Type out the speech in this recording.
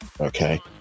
okay